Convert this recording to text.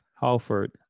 Halford